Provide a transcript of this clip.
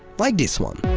like this one.